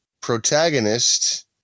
protagonist